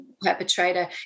perpetrator